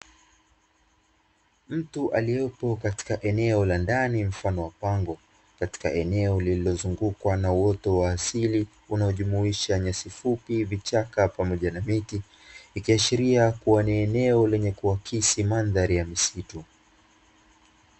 Mtu aliyepo katika eneo la ndani mfano wa pango, katika eneo lililozungukwa na uoto wa asili, unaojumuisha nyasi fupi, vichaka pamoja na miti, likiashiria kuwa ni eneo lenye kuakisi mandhari ya misitu.